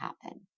happen